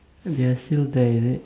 they are still there is it